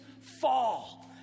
fall